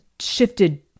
shifted